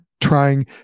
trying